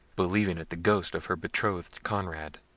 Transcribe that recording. believing it the ghost of her betrothed conrad.